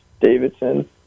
Davidson